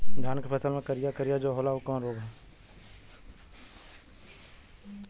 धान के फसल मे करिया करिया जो होला ऊ कवन रोग ह?